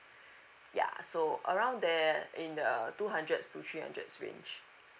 yeah so around there in the two hundreds to three hundreds range